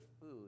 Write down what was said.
food